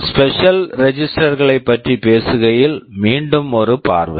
special register special register களைப் பற்றி பேசுகையில் மீண்டும் ஒரு பார்வை